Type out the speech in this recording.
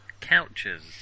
Couches